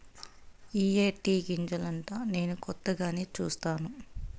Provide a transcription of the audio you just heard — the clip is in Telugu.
ఇయ్యే టీ గింజలంటా నేను కొత్తగానే సుస్తాను